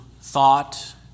thought